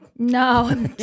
No